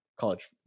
college